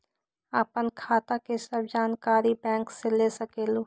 आपन खाता के सब जानकारी बैंक से ले सकेलु?